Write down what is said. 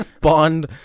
Bond